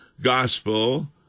gospel